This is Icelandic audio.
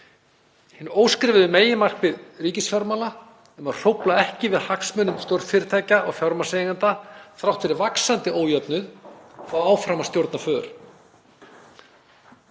Hin óskrifuðu meginmarkmið ríkisfjármála um að hrófla ekki við hagsmunum stórfyrirtækja og fjármagnseigenda, þrátt fyrir vaxandi ójöfnuð, fá áfram að ráða för.